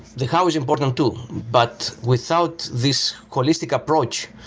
the how is important too, but without these holistic approach,